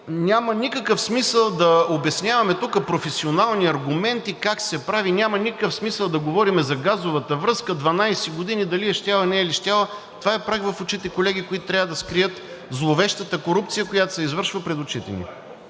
Няма никакъв смисъл да обясняваме тук професионални аргументи – как се прави, няма никакъв смисъл да говорим за газовата връзка – 12 години дали е щяла, не е ли щяла. Това е прах в очите, колеги, който трябва да скрие зловещата корупция, която се извършва пред очите ни.